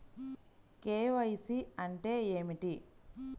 KYC అంటే ఏమిటి?